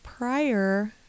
Prior